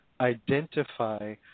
identify